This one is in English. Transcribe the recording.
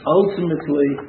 ultimately